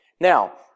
Now